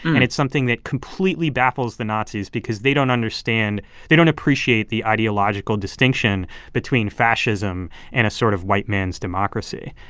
and it's something that completely baffles the nazis because they don't understand they don't appreciate the ideological distinction between fascism and a sort of white man's democracy